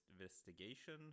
investigation